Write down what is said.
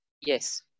yes